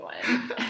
one